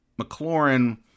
McLaurin